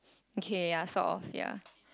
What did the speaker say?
okay ya sort of ya